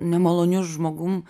nemaloniu žmogum